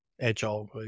agile